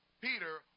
Peter